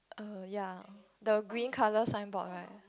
err ya the green colour signboard right